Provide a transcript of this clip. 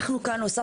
לא,